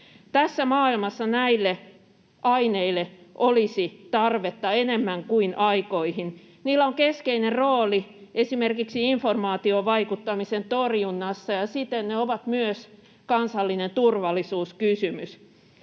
Tässä maailmassa näille aineille olisi tarvetta enemmän kuin aikoihin. Niillä on keskeinen rooli esimerkiksi informaatiovaikuttamisen torjunnassa, ja siten ne ovat myös kansallinen turvallisuuskysymys.